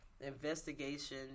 investigation